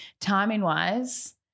timing-wise